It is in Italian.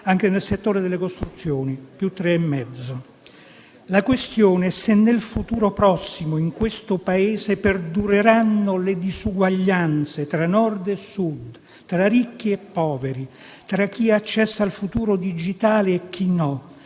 anche nel settore delle costruzioni, con un aumento del 3,5 per cento. La questione è se, nel futuro prossimo, nel Paese perdureranno le disuguaglianze, tra Nord e Sud, tra ricchi e poveri, tra chi ha accesso al futuro digitale e chi no,